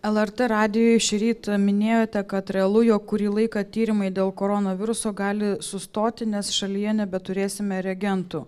lrt radijui šįryt minėjote kad realu jog kurį laiką tyrimai dėl koronaviruso gali sustoti nes šalyje nebeturėsime reagentų